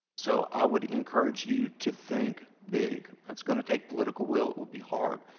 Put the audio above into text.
so i would encourage you to think big. it's going to take political will. it will be hard.